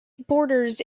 borders